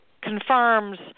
confirms